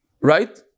Right